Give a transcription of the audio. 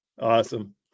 awesome